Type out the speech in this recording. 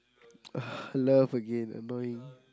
ugh love again annoying